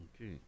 Okay